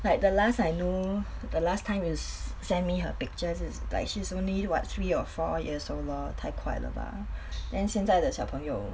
like the last I know the last time is you send me her pictures it's like she's only what three or four years old lor 太快了吧 then 现在的小朋友